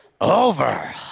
over